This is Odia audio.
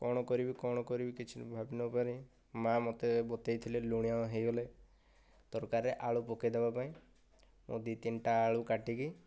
କ'ଣ କରିବି କ'ଣ କରିବି କିଛି ଭାବି ନପାରି ମା' ମୋତେ ବତେଇ ଥିଲେ ଲୁଣିଆ ହୋଇଗଲେ ତରକାରୀରେ ଆଳୁ ପକେଇଦେବା ପାଇଁ ମୁଁ ଦୁଇ ତିନଟା ଆଳୁ କାଟିକି